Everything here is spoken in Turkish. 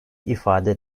ifade